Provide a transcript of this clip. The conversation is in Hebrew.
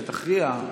שתכריע.